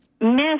miss